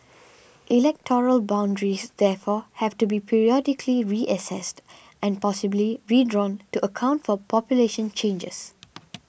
electoral boundaries therefore have to be periodically reassessed and possibly redrawn to account for population changes